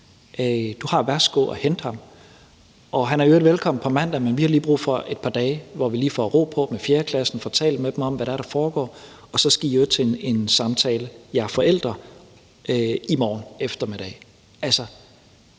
Du har værsgo at hente ham. Og han er i øvrigt velkommen på mandag, men vi har lige brug for et par dage, hvor vi lige får ro på med 4.-klassen og får talt med dem om, hvad det er, der foregår, og så skal I forældre i øvrigt til en samtale i morgen eftermiddag.